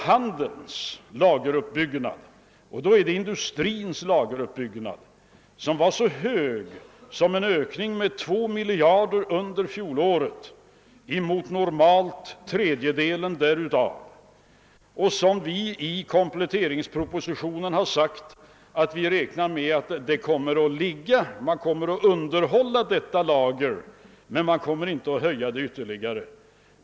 Handelns och industrins lageruppbyggnad uppvisade under fjolåret en ökning med 2 miljarder kronor mot normalt en tredjedel härav. I kompletteringspropositionen har vi räknat med att dessa lager kommer att underhållas men inte ytterligare öka.